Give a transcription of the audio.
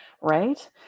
right